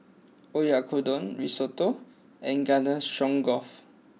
Oyakodon Risotto and Garden Stroganoff